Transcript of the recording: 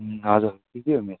हजुर त्यति हो मेरो त